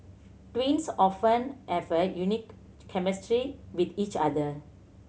twins often have a unique chemistry with each other